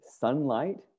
sunlight